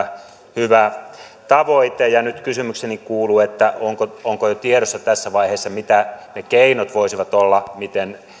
hyvä tavoite ja nyt kysymykseni kuuluu onko onko jo tiedossa tässä vaiheessa mitä ne keinot voisivat olla miten